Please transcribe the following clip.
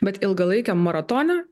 bet ilgalaikiam maratone